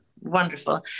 wonderful